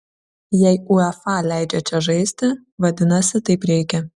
jei uefa leidžia čia žaisti vadinasi taip reikia